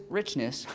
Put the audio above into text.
richness